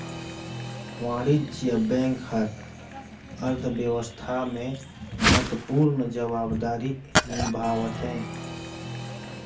वाणिज्य बेंक हर अर्थबेवस्था में महत्वपूर्न जवाबदारी निभावथें